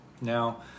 now